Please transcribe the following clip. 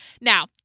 Now